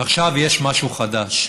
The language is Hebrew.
ועכשיו יש משהו חדש.